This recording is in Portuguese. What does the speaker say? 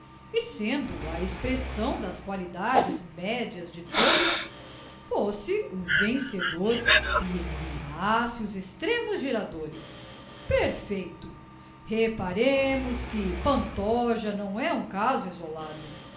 e sendo a expressão das qualidades médias de todos fosse o vencedor e eliminasse os extremos geradores perfeito reparemos que pantoja não é um caso isolado